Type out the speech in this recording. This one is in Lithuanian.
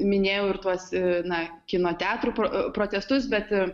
minėjau ir tuos na kino teatrų pro protestus bet